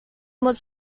was